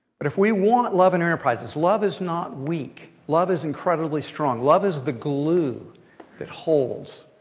but if we want love in enterprises, love is not weak. love is incredibly strong. love is the glue that holds